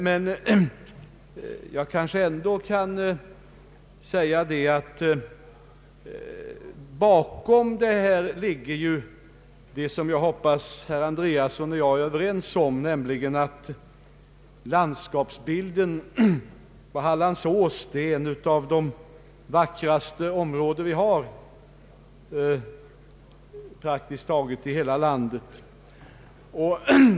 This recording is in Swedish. Men jag kanske ändå kan säga att bakom hela denna sak ligger något som jag hoppas att herr Andreasson och jag är överens om, nämligen att landskapsbilden på Hallandsåsen är en av de vackraste vi har i vårt land.